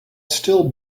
still